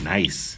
Nice